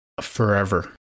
Forever